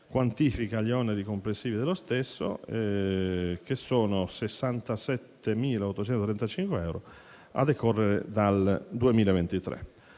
quantifica gli oneri complessivi dello stesso (67.835 euro) a decorrere dal 2023.